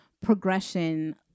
progression